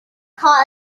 cause